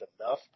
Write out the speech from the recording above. enough